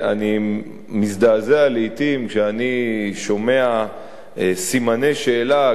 אני מזדעזע לעתים כשאני שומע סימני שאלה כפי